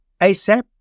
ASAP